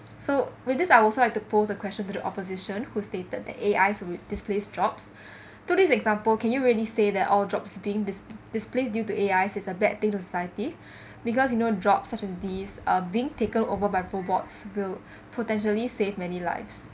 so with this I would also like to pose a question to the opposition whose stated that A_I would displace jobs through this example can you really say that all jobs being displaced due to A_I is a bad thing to society because you know job such as these are being taken over by robots build potentially save many lives